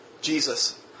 Jesus